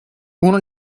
uno